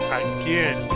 again